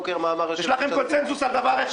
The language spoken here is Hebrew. יש לכם קונצנזוס על דבר אחד.